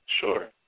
Sure